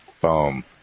boom